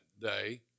day